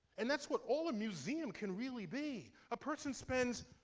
and that's what all a museum can really be. a person spends,